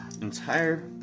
entire